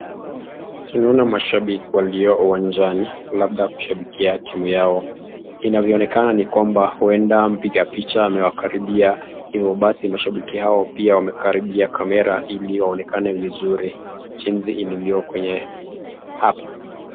Tunaona mashabiki walio uwanjani labda kushabikia timu yao. Inavyoonekana ni kwamba huenda mpiga picha amewakaribia hivyo basi mashabiki hao pia wamekaribia kamera ili waonekane vizuri. Jinsi ilivyo kwenye hapa.